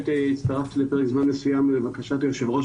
הצטרפתי לפרק זמן מסוים לבקשת היושב ראש